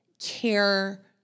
care